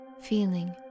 feeling